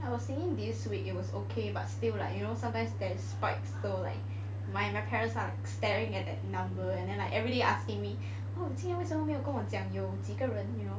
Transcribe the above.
I was thinking this week it was okay but still like you know sometimes there's spikes so like my parents are staring at the number and then like everyday asking me oh 今天为什么没有跟我讲有几个人 you know